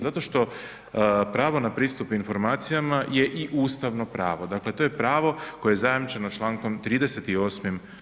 Zato što pravo na pristup informacijama je i ustavno pravo, dakle to je pravo koje zajamčeno Člankom 38.